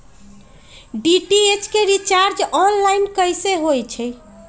DTH के recharge online कैसे होईछई?